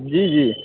जी जी